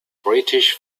british